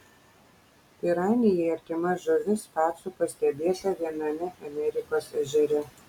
piranijai artima žuvis pacu pastebėta viename amerikos ežere